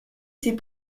ces